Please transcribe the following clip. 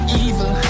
evil